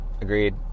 agreed